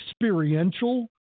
experiential